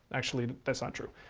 actually, that's not true.